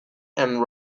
and